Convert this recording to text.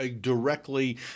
directly